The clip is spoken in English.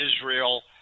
Israel